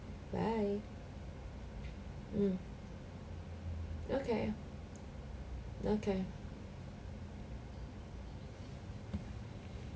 bye mm okay okay